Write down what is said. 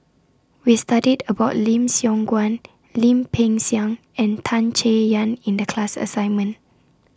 We studied about Lim Siong Guan Lim Peng Siang and Tan Chay Yan in The class assignment